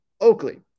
Oakley